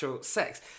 sex